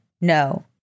No